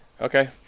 Okay